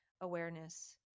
awareness